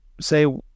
say